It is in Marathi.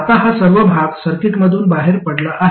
आता हा सर्व भाग सर्किटमधून बाहेर पडला आहे